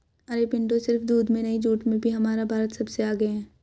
अरे पिंटू सिर्फ दूध में नहीं जूट में भी हमारा भारत सबसे आगे हैं